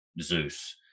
Zeus